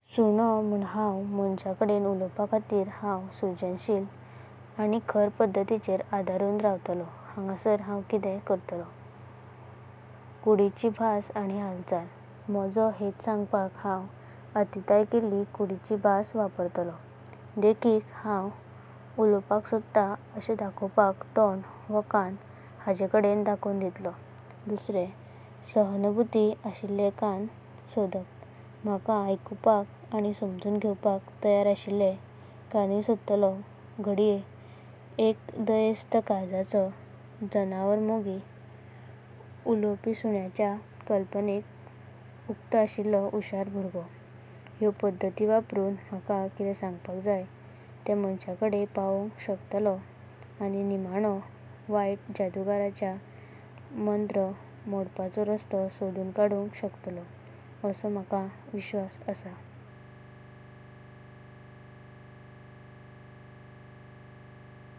सुण्णो म्हुण हांव मानसाकडें उळवपाखातीर हांव सृजनशिला आनी खऱ पद्धतिंचेर आधारुन रावतलो। हांगसर हांव किते करतलो। कुडिची भास आनी हालचाल मोजो हेत सांगपाक हांव अथिताया केले कुडिची भास वापरतलो। देखीक, हांव उळवपाक सोडता आशें दाखवपाक तोंड व काणां हांचेकडें दाखोवनां दितलो। सहानभुती अशिले काणां सोडप म्हाका आइकुनपाक आनी समझून घेवपाक तयार अशिलें काणूंय सोडतलो। गडाये एक दयसता, कल्लजाचो जनावर मोगी व उळवपी सुण्णेचें कल्पनेक उकतों अशिलों हुशार भुयरगो। ह्यो पद्धती वापरून म्हाका किते सांगपाक जाय ते। मानसाका पावपाक शकतलो आनी निमणो वायात जादूगराचें मंत्र मोडपाचों रासांतां सोडून कडूनाक शकतलो आशो माका विश्वास आसा।